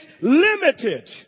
limited